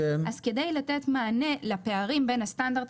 אז כדי לתת מענה לפערים בין הסטנדרט